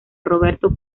roberto